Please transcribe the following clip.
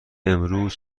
امروز